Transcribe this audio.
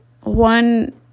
one